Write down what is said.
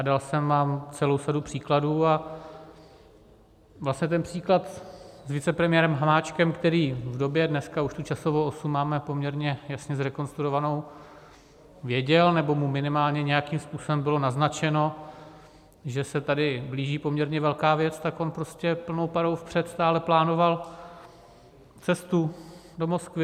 Dal jsem vám celou sadu příkladů a vlastně ten příklad s vicepremiérem Hamáčkem, který v době, dneska už tu časovou osu máme poměrně jasně zrekonstruovanou, věděl, nebo mu minimálně nějakým způsobem bylo naznačeno, že se tady blíží poměrně velká věc, tak on prostě plnou parou vpřed stále plánoval cestu do Moskvy.